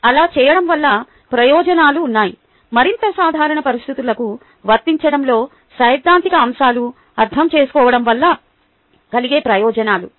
అలా చేయడం వల్ల ప్రయోజనాలు ఉన్నాయి మరింత సాధారణ పరిస్థితులకు వర్తించడంలో సైద్ధాంతిక అంశాలను అర్థం చేసుకోవడం వల్ల కలిగే ప్రయోజనాలు